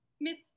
Miss